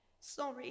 Sorry